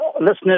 listeners